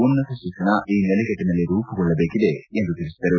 ಉನ್ನತ ಶಿಕ್ಷಣ ಈ ನೆಲೆಗಟ್ಟನಲ್ಲಿ ರೂಪುಗೊಳ್ಳಬೇಕಿದೆ ಎಂದು ತಿಳಿಸಿದರು